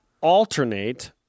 alternate